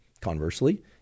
Conversely